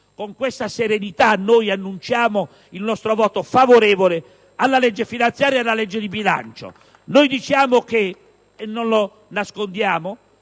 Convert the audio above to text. Con questa serenità noi annunciamo il nostro voto favorevole alla legge finanziaria e alla legge di bilancio. Noi diciamo, e non lo nascondiamo,